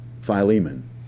Philemon